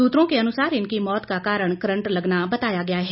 सूत्रों के अनुसार इनकी मौत का कारण करंट लगना बताया गया है